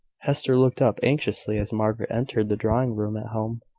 hester looked up anxiously as margaret entered the drawing-room at home.